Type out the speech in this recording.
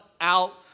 out